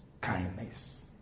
kindness